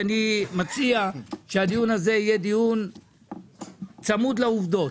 אני מציע שהדיון הזה יהיה דיון צמוד לעובדות,